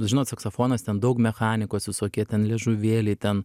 žinot saksofonas ten daug mechanikos visokie ten liežuvėliai ten